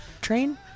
train